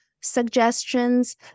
suggestions